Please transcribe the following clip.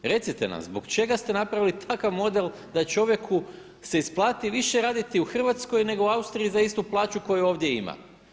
Recite nam, zbog čega ste napravili takav model da se čovjeku više isplati raditi u Hrvatskoj nego u Austriji za istu plaću koju ovdje ima?